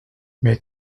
mais